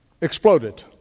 exploded